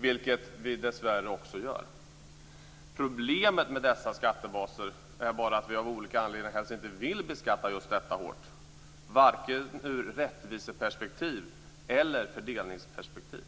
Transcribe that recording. vilket vi också dessvärre gör. Problemet med dessa olika skattebaser är bara att vi av olika anledningar kanske inte vill beskatta dem hårt, vare sig ur rättviseperspektiv eller ur fördelningsperspektiv.